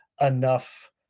enough